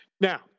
Now